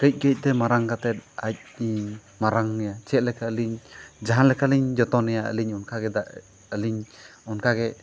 ᱠᱟᱹᱡ ᱠᱟᱹᱡ ᱛᱮ ᱢᱟᱨᱟᱝ ᱠᱟᱛᱮᱫ ᱟᱡ ᱤᱧ ᱢᱟᱨᱟᱝ ᱮᱭᱟ ᱪᱮᱫ ᱞᱮᱠᱟ ᱟᱹᱞᱤᱧ ᱡᱟᱦᱟᱸ ᱞᱮᱠᱟ ᱞᱤᱧ ᱡᱚᱛᱚᱱᱮᱭᱟ ᱟᱹᱞᱤᱧ ᱚᱱᱠᱟᱜᱮ ᱟᱹᱞᱤᱧ ᱚᱱᱠᱟᱜᱮ